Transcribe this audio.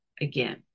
again